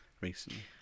recently